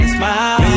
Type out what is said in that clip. Smile